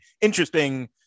interesting